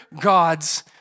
God's